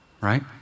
right